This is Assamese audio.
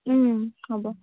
হ'ব